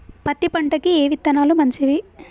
పత్తి పంటకి ఏ విత్తనాలు మంచివి?